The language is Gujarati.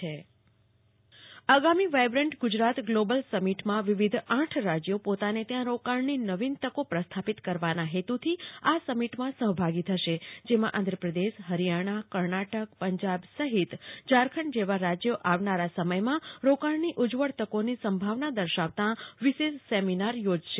કલ્પના શાહ્ આગામી વાયબ્રન્ટ ગુજરાત ગ્લોબલ સમિટમાં વિવિધ આઠ રાજ્યો પોતાને ત્યાં રોકાણની નવીન તકો પ્રસ્થાપિત કરવાના હેતુથી આ સમિટમાં સફભાગી થશે જેમાં આંધ્રપ્રદેશફરિયાણા કર્ણાટકપંજાબઓડીશામફારાષ્ટ્રફિમાચલપ્રદેશ અને જારખંડ જેવા રાજ્યો આવનારા સમયમાં રોકાણની ઉજવેલ તકોની સંભાવના દર્શવતા વિશેષ સેમીનાર યોજાશે